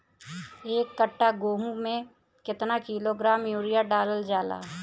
एक कट्टा गोहूँ में केतना किलोग्राम यूरिया डालल जाला?